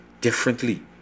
differently